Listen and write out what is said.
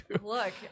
Look